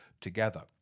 together